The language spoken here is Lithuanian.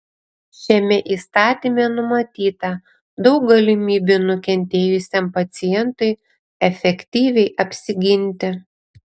šiame įstatyme numatyta daug galimybių nukentėjusiam pacientui efektyviai apsiginti